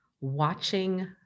watching